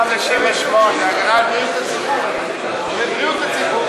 זה הגנה על בריאות הציבור ובריאות הציבור,